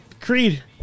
Creed